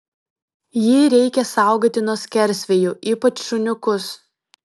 jį reikia saugoti nuo skersvėjų ypač šuniukus